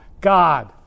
God